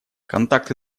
контакты